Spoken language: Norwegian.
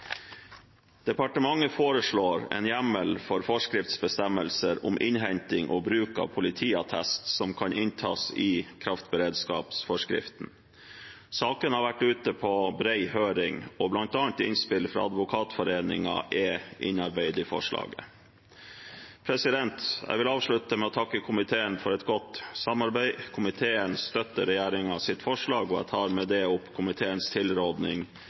Departementet foreslår en hjemmel for forskriftsbestemmelser om innhenting og bruk av politiattest som kan inntas i kraftberedskapsforskriften. Saken har vært ute på bred høring, og bl.a. innspill fra Advokatforeningen er innarbeidet i forslaget. Jeg vil avslutte med å takke komiteen for et godt samarbeid. Komiteen støtter regjeringens forslag, og jeg anbefaler med det komiteens tilråding,